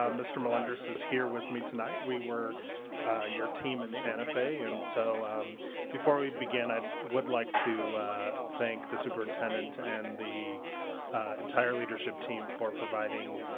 um mr. melenders is here with me tonight. we were your team in santa fe and so um before we begin i would like to thank the superintendent and the entire leadership team for providing